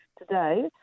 Today